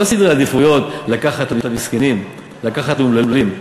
לא סדרי עדיפויות של לקחת למסכנים, לקחת לאומללים.